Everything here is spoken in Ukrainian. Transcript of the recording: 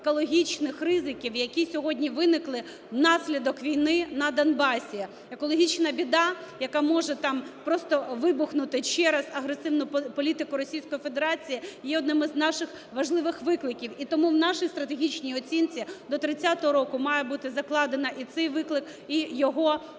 екологічних ризиків, які сьогодні виникли внаслідок війни на Донбасі. Екологічна біда, яка може там просто вибухнути через агресивну політику Російської Федерації, є одним з наших важливих викликів. І тому в нашій стратегічній оцінці до 30-го року має бути закладено і цей виклик, і його